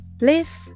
Live